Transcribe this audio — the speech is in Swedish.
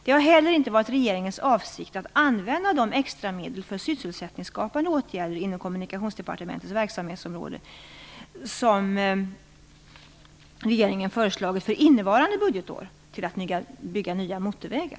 Det har heller inte varit regeringens avsikt att använda de extramedel för sysselsättningsskapande åtgärder inom Kommunikationsdepartementets verksamhetsområde som regeringen föreslagit för innevarande budgetår till att bygga nya motorvägar.